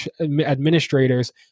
administrators